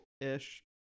ish